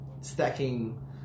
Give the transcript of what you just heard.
stacking